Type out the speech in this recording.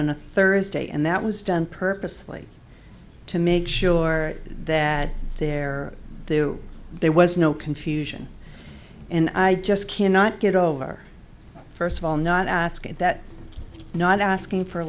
on a thursday and that was done purposely to make sure that there there there was no confusion and i just cannot get over first of all not asking that not asking for